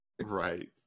Right